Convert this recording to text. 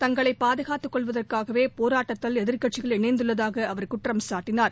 தங்களை பாதுகாத்துக்கொள்வதற்காக போராட்டத்தில் எதிர்கட்சிகள் இணைந்துள்ளதாக அவர் குற்றம்சாட்டினார்